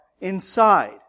inside